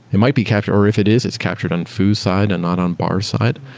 it might be captured or if it is, it's captured on foo side and not on bar side.